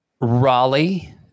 Raleigh